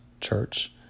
church